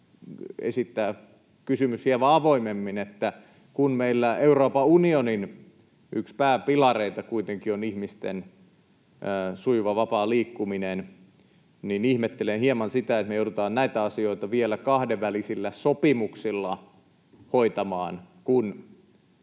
esittää kysymys hieman avoimemmin. Kun meillä Euroopan unionin yksi pääpilareita kuitenkin on ihmisten sujuva, vapaa liikkuminen, niin ihmettelen hieman sitä, että me joudutaan näitä asioita vielä kahdenvälisillä sopimuksilla hoitamaan, kun